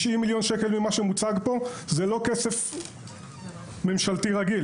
90 מיליון שקל ממה שמוצג פה זה לא כסף ממשלתי רגיל.